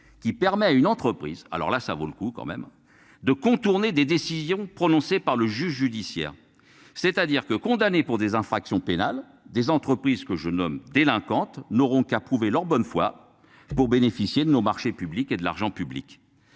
qui permet à une entreprise. Alors là ça vaut le coup quand même de contourner des décisions prononcées par le juge judiciaire. C'est-à-dire que condamnés pour des infractions pénales des entreprises que je nomme délinquante n'auront qu'à prouver leur bonne foi. Pour bénéficier de nos marchés publics et de l'argent public